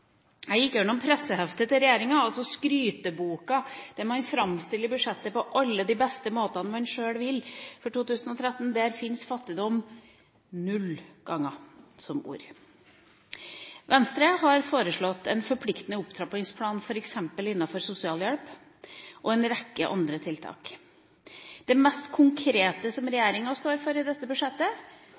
Jeg gikk gjennom presseheftet til regjeringa, altså skryteboka, der man framstiller budsjettet for 2013 på alle de beste måtene man sjøl vil, og der finnes ordet fattigdom null ganger. Venstre har foreslått en forpliktende opptrappingsplan f.eks. innenfor sosialhjelp og en rekke andre tiltak. Det mest konkrete som regjeringa står for i dette budsjettet,